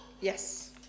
Yes